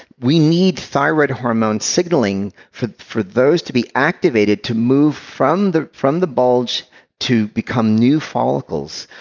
we need thyroid hormones signaling for for those to be activated to move from the from the bulge to become new follicles.